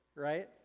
right?